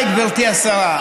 גברתי השרה.